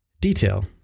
detail